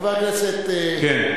חבר הכנסת סעיד נפאע,